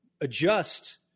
adjust